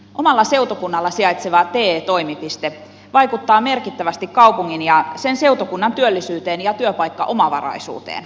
omalla seutukunnalla sijaitseva te toimipiste vaikuttaa merkittävästi kaupungin ja sen seutukunnan työllisyyteen ja työpaikkaomavaraisuuteen